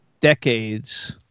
decades